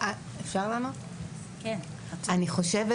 אני חושבת